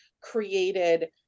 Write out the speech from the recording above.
created